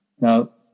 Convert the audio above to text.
Now